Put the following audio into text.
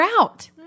out